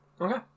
Okay